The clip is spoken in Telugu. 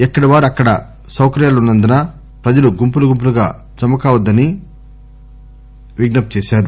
ఎక్కడి వారికి అక్కడ సౌకర్యాలు ఉన్నందున ప్రజలు గుంపులు గుంపులుగా జమ కావద్దని విజ్ఞప్తి చేశారు